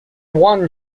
one